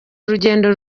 urugendo